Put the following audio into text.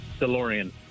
DeLorean